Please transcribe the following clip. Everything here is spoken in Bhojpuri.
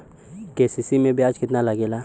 के.सी.सी में ब्याज कितना लागेला?